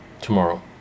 tomorrow